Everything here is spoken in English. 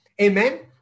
Amen